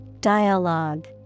Dialogue